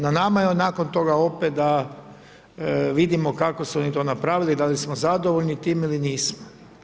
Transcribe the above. Na nama je nakon toga opet da vidimo kako su oni to napravili, da li smo zadovoljni time ili nismo.